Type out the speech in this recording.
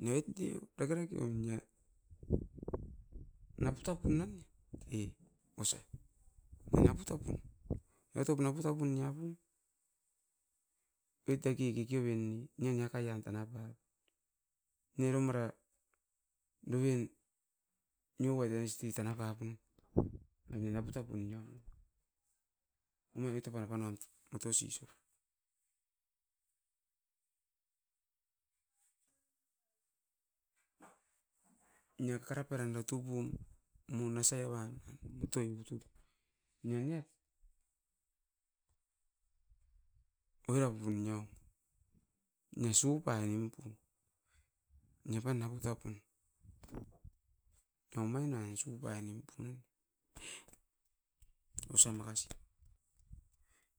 Nia oit deu peke rakium dia, naptop pun nan e osa. Nia naputop, niatop naputa pun niapun, doit dake kikioven ne, nian niakaian tana papun, niaro mara novien nio ait onesti tana kapun no namio naputa pun nio, omain itopai panuam to motoi sisiu. Nia kakara pairan da tupum mo nasai evan ait motoi utup, nio niat oira pun niau. Nia supai nimpu, nia pan naputapun. Deumai na isupai nimpu noim, osa makasi.